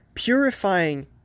purifying